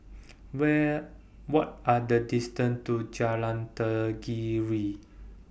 Where What Are The distance to Jalan Tenggiri